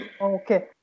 Okay